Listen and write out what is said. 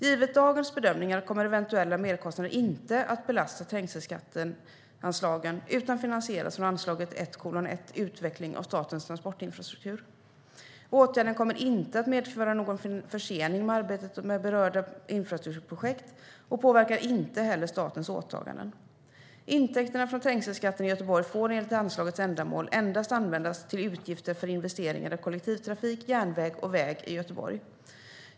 Givet dagens bedömningar kommer eventuella merkostnader inte att belasta trängelskatteanslagen utan finansieras från anslaget 1:1 Utveckling av statens transportinfrastruktur. Åtgärden kommer inte att medföra någon försening av arbetet med berörda infrastrukturprojekt och påverkar inte heller statens åtaganden. Intäkterna från trängselskatten i Göteborg får enligt anslagets ändamål endast användas till utgifter för investeringar i kollektivtrafik, järnväg och väg i Göteborg.